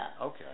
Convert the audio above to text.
Okay